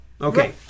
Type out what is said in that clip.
Okay